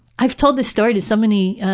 i've told the story to so many,